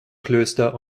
klöster